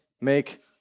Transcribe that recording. make